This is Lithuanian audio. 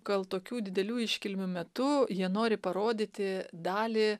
gal tokių didelių iškilmių metu jie nori parodyti dalį